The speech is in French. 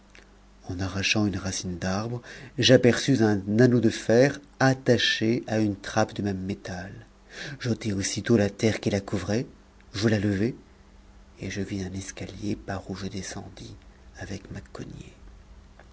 en arrachant une racine d'arbre j'aperçus un anneau de fer attaché à une trappe de même métal j'ôtai aussitôt la terre qui la couvrait je la levai et je vis un escalier par où je descendis avec